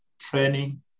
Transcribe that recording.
training